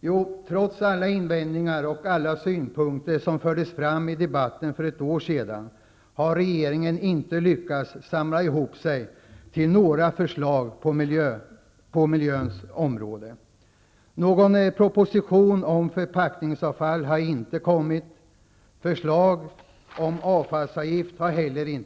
Jo, trots alla invändningar och alla synpunkter som fördes fram i debatten för ett år sedan har inte regeringen lyckats samla ihop sig till några förslag på miljöns område. Det har varken kommit någon proposition om förpackningsavfall eller något förslag om avfallsavgift.